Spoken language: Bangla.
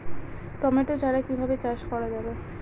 টমেটো চারা কিভাবে চাষ করা যাবে?